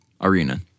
Arena